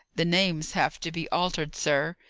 the names have to be altered, sir.